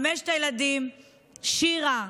חמשת הילדים שירה,